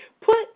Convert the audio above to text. put